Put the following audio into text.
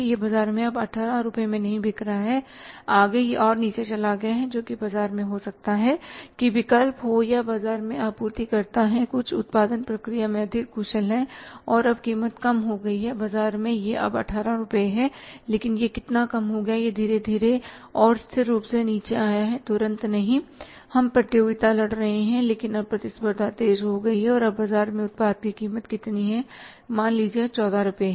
यह बाजार में अब 18 रुपये में नहीं बिक रहा है आगे यह और नीचे चला गया है जो कि बाजार में हो सकता है कि विकल्प हो या बाजार में आपूर्ति कर्ता हैं कुछ उत्पादन प्रक्रिया में अधिक कुशल हैं और अब कीमत कम हो गई है बाजार में यह अब 18 रुपये है लेकिन यह कितना कम हो गया है यह धीरे धीरे और स्थिर रूप से नीचे आया है तुरंत नहीं हम प्रतियोगिता लड़ रहे थे लेकिन अब प्रतिस्पर्धा तेज हो गई है और अब बाजार में उत्पाद की कीमत कितनी है मान लीजिए 14 रुपये है